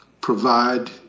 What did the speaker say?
provide